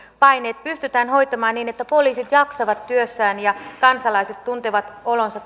paineet pystytään hoitamaan niin että poliisit jaksavat työssään ja kansalaiset tuntevat olonsa